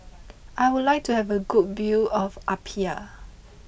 I would like to have a good view of Apia